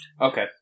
Okay